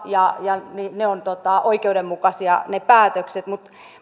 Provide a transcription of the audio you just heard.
ja ja ne päätökset ovat oikeudenmukaisia mutta